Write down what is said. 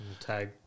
Tag